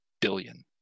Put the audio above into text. billion